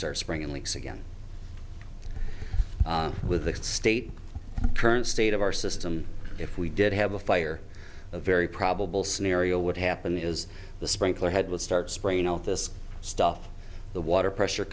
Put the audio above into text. start springing leaks again with the state current state of our system if we did have a fire a very probable scenario would happen is the sprinkler head would start spraying out this stuff the water pressure